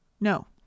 no